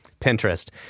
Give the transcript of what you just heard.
Pinterest